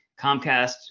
Comcast